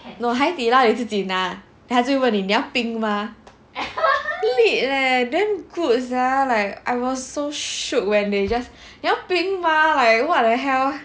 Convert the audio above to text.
no Hai Di Lao 自己拿 then 他就会问你你要冰 mah lit leh damn good sia like I was so shook when they 你要冰 mah like what the hell